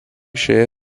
šioje